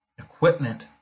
equipment